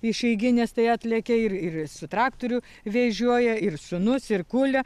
išeigines tai atlekia ir ir su traktoriu vežioja ir sūnus ir kulia